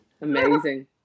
Amazing